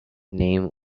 name